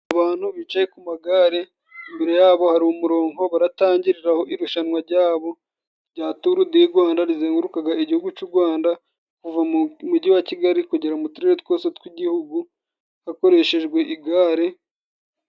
Abantu bicaye ku magare, imbere yabo hari umurongo baratangiriraho irushanwa ryabo rya turu di Rwanda, rizengurukaga Igihugu cy'u Gwanda kuva mu mugi wa Kigali kugera mu turere twose tw'Igihugu hakoreshejwe igare.